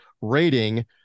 rating